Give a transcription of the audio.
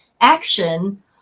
action